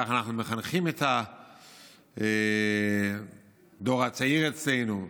שכך אנחנו מחנכים את הדור הצעיר אצלנו.